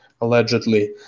allegedly